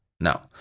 No